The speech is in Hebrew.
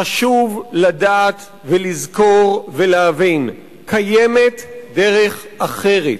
חשוב לדעת ולזכור ולהבין: קיימת דרך אחרת.